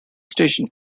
station